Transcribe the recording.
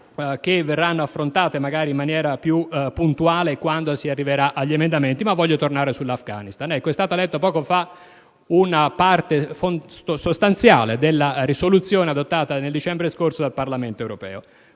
che verranno affrontate magari in maniera più puntuale quando si arriverà ad esaminare gli emendamenti, perché voglio tornare sulla questione dell'Afghanistan. È stata letta, poco fa, una parte sostanziale della risoluzione adottata nel dicembre scorso dal Parlamento europeo,